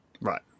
right